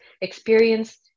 experience